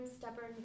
stubborn